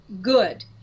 good